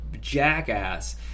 jackass